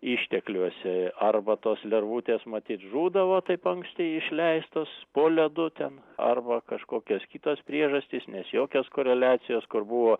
ištekliuose arba tos lervutės matyt žūdavo taip anksti išleistos po ledu ten arba kažkokios kitos priežastys nes jokios koreliacijos kur buvo